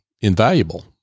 invaluable